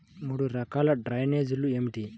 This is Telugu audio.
మూడు రకాల డ్రైనేజీలు ఏమిటి?